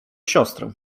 siostrę